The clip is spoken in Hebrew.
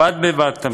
בד בבד,